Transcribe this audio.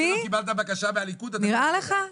נראה לך?